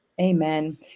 Amen